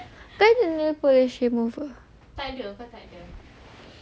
!aiyo! kan dia apa ada shift move ah